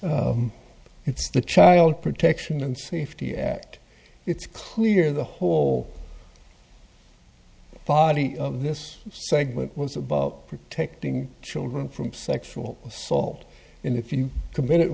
s the child protection and safety act it's clear the whole body of this segment was about protecting children from sexual assault and if you commit